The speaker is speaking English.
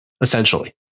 essentially